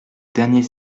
dernier